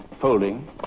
folding